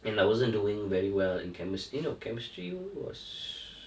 and I wasn't doing very well in chemis~ eh no in chemistry I think was